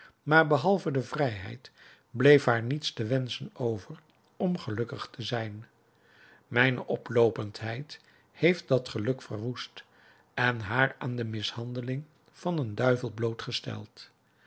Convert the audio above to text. maar behalve de vrijheid bleef haar niets te wenschen over om gelukkig te zijn mijne oploopendheid heeft dat geluk verwoest en haar aan de mishandelingen van een duivel blootgesteld